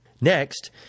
Next